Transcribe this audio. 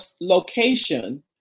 location